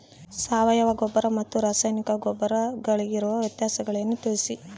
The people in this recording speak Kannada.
ಸಾವಯವ ಗೊಬ್ಬರ ಮತ್ತು ರಾಸಾಯನಿಕ ಗೊಬ್ಬರಗಳಿಗಿರುವ ವ್ಯತ್ಯಾಸಗಳನ್ನು ತಿಳಿಸಿ?